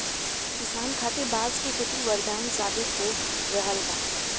किसान खातिर बांस के खेती वरदान साबित हो रहल बा